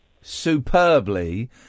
superbly